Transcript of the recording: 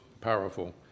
powerful